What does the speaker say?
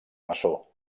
maçó